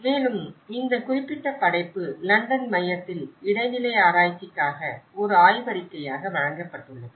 மேலும் இந்த குறிப்பிட்ட படைப்பு லண்டன் மையத்தில் இடைநிலை ஆராய்ச்சிக்காக ஒரு ஆய்வறிக்கையாக வழங்கப்பட்டுள்ளது